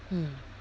mm